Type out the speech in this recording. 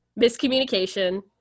Miscommunication